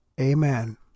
Amen